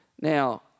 Now